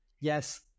yes